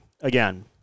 again